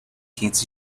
quentes